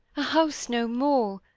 a house no more,